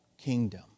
kingdom